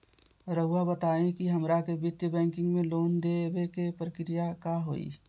रहुआ बताएं कि हमरा के वित्तीय बैंकिंग में लोन दे बे के प्रक्रिया का होई?